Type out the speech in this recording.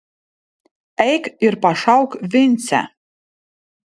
eik ir pašauk vincę